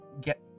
get